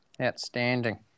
outstanding